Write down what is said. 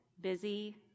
busy